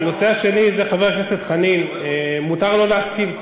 הנושא השני, חבר הכנסת חנין, מותר לא להסכים.